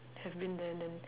have been there then